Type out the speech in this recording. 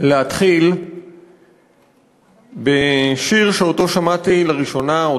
להתחיל בשיר שאותו שמעתי לראשונה,